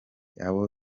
abo